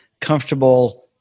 comfortable